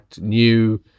new